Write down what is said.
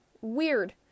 Weird